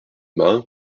main